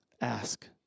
Ask